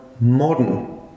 modern